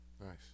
Nice